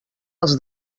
als